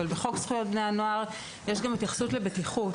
אבל בחוק בני הנוער יש גם התייחסות לבטיחות.